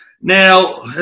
Now